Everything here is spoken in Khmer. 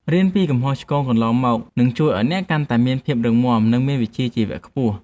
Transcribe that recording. រៀនពីកំហុសឆ្គងកន្លងមកនឹងជួយឱ្យអ្នកកាន់តែមានភាពរឹងមាំ និង មានវិជ្ជាជីវៈខ្ពស់។